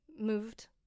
moved